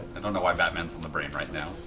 don't know why batman's on the brain right now.